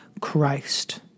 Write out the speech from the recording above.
Christ